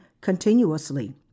continuously